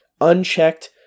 unchecked